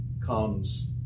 comes